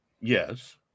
Yes